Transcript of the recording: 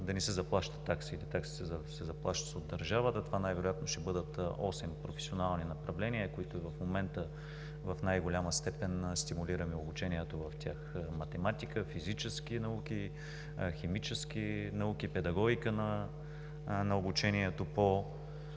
да не се заплащат такси за обучението или таксите да се заплащат от държавата. Това най-вероятно ще бъдат осем професионални направления, на които в момента в най-голяма степен стимулираме обучението – математика, физически науки, химически науки, педагогика на обучението по